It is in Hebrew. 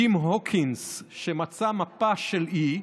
ג'ים הוקינס, שמצא מפה של אי,